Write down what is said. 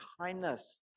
kindness